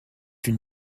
une